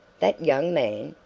that young man?